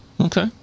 Okay